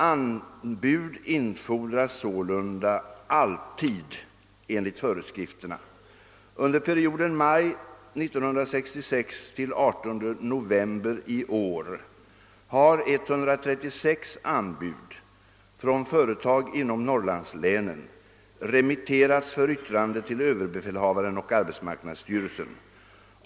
Anbud infordras sålunda alltid enligt föreskrifterna. Under perioden maj 1966—18 november 1969 har 136 anbud från företag inom Norrlandslänen remitterats för yttrande till överbefälhavaren och arbetsmarknadsstyrelsen.